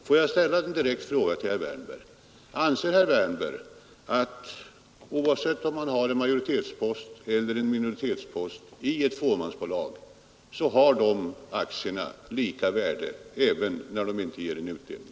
Får jag ställa en direkt fråga: Anser herr Wärnberg att aktierna i ett fåmansbolag har lika värde, när de inte ger någon utdelning, oavsett om man har en majoritetspost eller en minoritetspost?